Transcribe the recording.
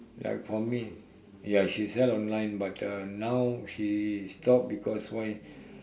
like for me ya she sell online but uh now she stop because why